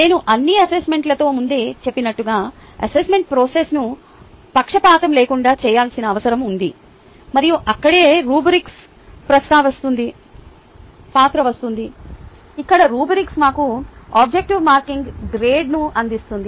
నేను అన్ని అసెస్మెంట్లతో ముందే చెప్పినట్లుగా అసెస్మెంట్ ప్రాసెస్ను పక్షపాతం లేకుండా చేయాల్సిన అవసరం ఉంది మరియు అక్కడే రుబ్రిక్స్ పాత్ర వస్తుంది ఇక్కడ రుబ్రిక్స్ మాకు ఆబ్జెక్టివ్ మార్కింగ్ గైడ్ను అందిస్తుంది